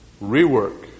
rework